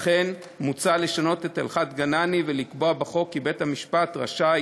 לכן מוצע לשנות את הלכת גנני ולקבוע בחוק כי בית-המשפט רשאי